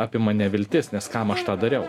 apima neviltis nes kam aš tą dariau